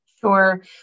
Sure